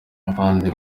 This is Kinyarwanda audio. abandi